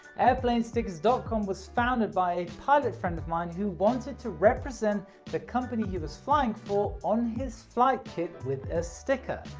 airplanesticker dot com was founded by pilot friend of mine who wanted to represent the company he was flying for on his flight kit with a sticker.